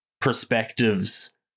perspectives